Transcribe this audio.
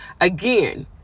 Again